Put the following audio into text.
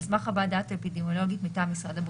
על סמך חוות דעת אפידמיולוגית מטעם משרד הבריאות,